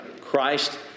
Christ